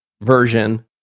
version